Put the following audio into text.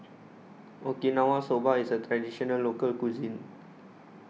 Okinawa Soba IS A Traditional Local Cuisine